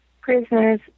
prisoners